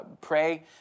pray